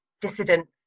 dissident